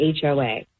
HOA